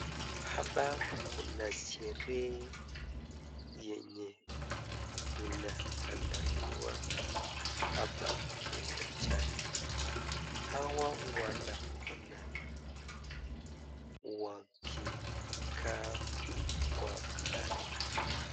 Hapa kuna sherehe yenye inaandaliwa hapa kiwanjani. Hawa wanaona wakikaa kwa gari.